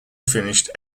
finished